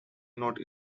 not